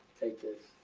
take this.